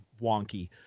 wonky